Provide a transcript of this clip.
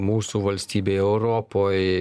mūsų valstybėj europoj